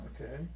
Okay